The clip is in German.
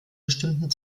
bestimmten